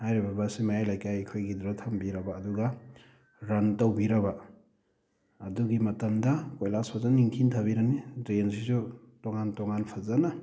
ꯍꯥꯏꯔꯤꯕ ꯕꯁ ꯑꯁꯤ ꯃꯌꯥꯏ ꯂꯩꯀꯥꯏ ꯑꯩꯈꯣꯏꯒꯤꯗꯨꯗ ꯊꯝꯕꯤꯔꯕ ꯑꯗꯨꯒ ꯔꯟ ꯇꯧꯕꯤꯔꯕ ꯑꯗꯨꯒꯤ ꯃꯇꯝꯗ ꯀꯣꯏꯂꯥꯁ ꯐꯖꯅ ꯅꯤꯡꯊꯤꯅ ꯊꯥꯕꯤꯔꯅꯤ ꯗ꯭ꯔꯦꯟꯁꯤꯁꯨ ꯇꯣꯉꯥꯟ ꯇꯣꯉꯥꯟ ꯐꯖꯅ